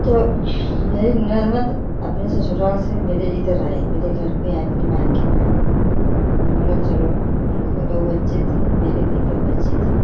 तो मेरी ननद अपने ससुराल से मेरे इधर आई मेरे घर पर आए अपने मायके में आईं मैं बोला चलो उनको दो बच्चे थे मेरे भी दो बच्चे थें